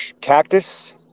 Cactus